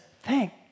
thank